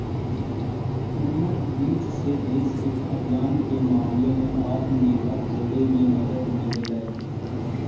उन्नत बीज से देश के खाद्यान्न के मामले में आत्मनिर्भर होवे में मदद मिललई